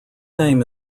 name